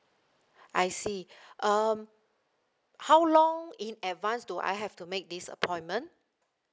I see um how long in advance do I have to make this appointment